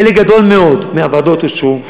חלק גדול מאוד מהוועדות אושרו,